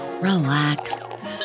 relax